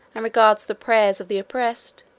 and regards the prayers of the oppressed,